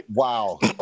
wow